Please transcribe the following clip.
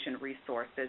resources